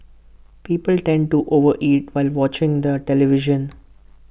people tend to over eat while watching the television